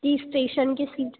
किस स्टेशन की थी